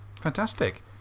fantastic